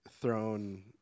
thrown